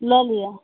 लऽ लिअ